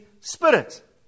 spirit